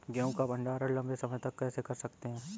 गेहूँ का भण्डारण लंबे समय तक कैसे कर सकते हैं?